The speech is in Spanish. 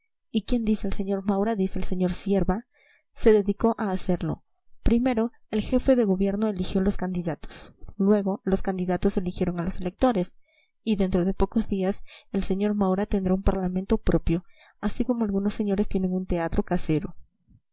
sr maura y quien dice el sr maura dice el sr cierva se dedicó a hacerlo primero el jefe del gobierno eligió los candidatos luego los candidatos eligieron a los electores y dentro de pocos días el sr maura tendrá un parlamento propio así como algunos señores tienen un teatro casero